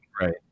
right